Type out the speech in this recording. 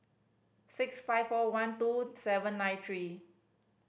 six five four one two seven nine three